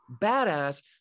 badass